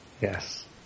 Yes